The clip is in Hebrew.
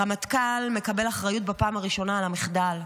הרמטכ"ל מקבל אחריות בפעם הראשונה על המחדל.